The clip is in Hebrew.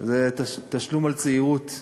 זה תשלום על צעירוּת.